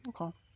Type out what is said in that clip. Okay